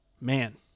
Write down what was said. man